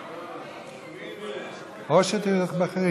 לא,